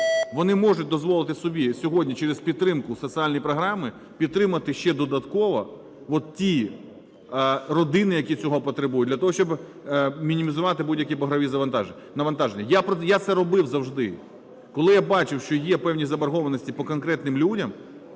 вони можуть дозволити собі сьогодні через підтримку соціальної програми підтримати ще додатково от ті родини, які цього потребують, для того, щоб мінімізувати будь-які боргові навантаження. Я це робив завжди. Коли я бачив, що є певні заборгованості по конкретним людям,